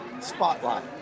Spotlight